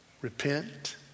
Repent